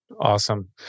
Awesome